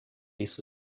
isso